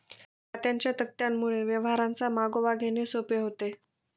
खात्यांच्या तक्त्यांमुळे व्यवहारांचा मागोवा घेणे सोपे होते